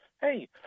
Hey